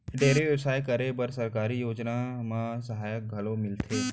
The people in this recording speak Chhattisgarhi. डेयरी बेवसाय करे बर सरकारी योजना म सहायता घलौ मिलथे